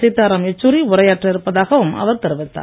சீத்தாராம் எச்சூரி உரையாற்ற இருப்பதாகவும் அவர் தெரிவித்தார்